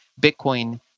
Bitcoin